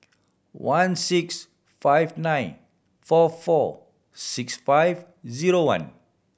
one six five nine four four six five zero one